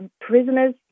prisoners